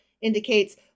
indicates